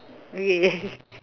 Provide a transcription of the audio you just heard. okay yeah